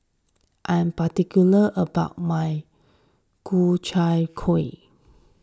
I am particular about my Ku Chai Kuih